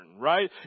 right